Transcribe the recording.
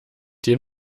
den